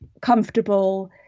comfortable